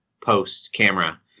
post-camera